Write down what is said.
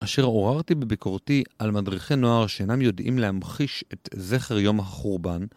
אשר עוררתי בביקורתי על מדריכי נוער שאינם יודעים להמחיש את זכר יום החורבן.